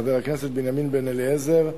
חבר הכנסת בנימין בן-אליעזר,